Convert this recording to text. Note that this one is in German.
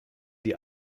die